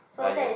ah ya